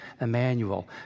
Emmanuel